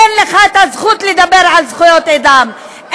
אין לך זכות לדבר על זכויות אדם,